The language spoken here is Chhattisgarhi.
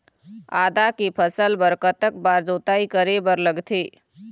आदा के फसल बर कतक बार जोताई करे बर लगथे?